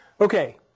okay